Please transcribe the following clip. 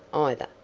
either.